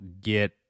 get